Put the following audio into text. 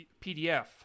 PDF